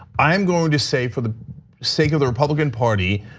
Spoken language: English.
i'm going to say, for the sake of the republican party,